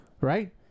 Right